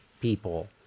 people